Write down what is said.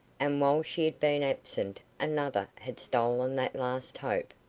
and while she had been absent another had stolen that last hope.